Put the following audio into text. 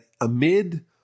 amid